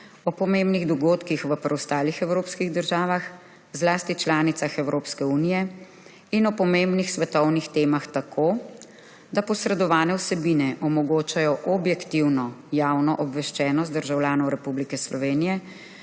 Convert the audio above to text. o pomembnih dogodkih v preostalih evropskih državah, zlasti članicah Evropske unije, in o pomembnih svetovnih temah tako, da posredovane vsebine omogočajo objektivno javno obveščenost državljanov Republike Slovenije,